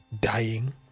dying